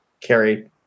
Carrie